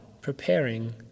preparing